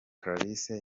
clarisse